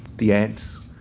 the ants,